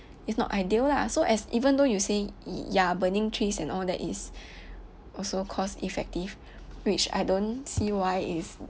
it's not ideal lah so as even though you say ya burning trees and all that is also cost effective which I don't see why is